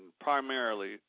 primarily